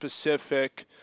specific